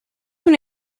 una